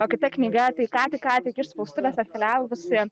o kita knyga tai ką tik ką tik iš spaustuvės atkeliavusi